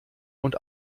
und